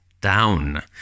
down